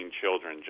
children